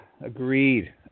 Agreed